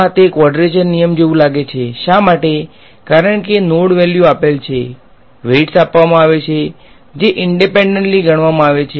હા તે ક્વાડ્રેચર નિયમ જેવું લાગે છે શા માટે કારણ કે નોડ વેલ્યુ આપેલ છે વેઈટ્સ આપવામાં આવે છે જે ઈન્ડેપેંડંટલી ગણવામાં આવે છે